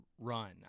run